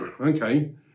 Okay